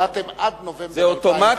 הודעתם: עד נובמבר 2011,